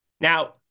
Now